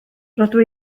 rydw